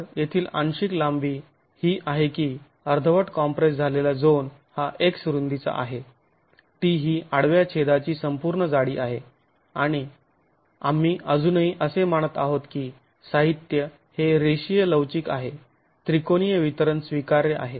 तर येथील आंशिक लांबी ही आहे की अर्धवट कॉम्प्रेस झालेला झोन हा 'x' रूंदीचा आहे 't' ही आडव्या छेदाची संपूर्ण जाडी आहे आणि आम्ही अजूनही असे मानत आहोत की साहित्य हे रेषीय लवचिक आहे त्रिकोणीय वितरण स्वीकार्य आहे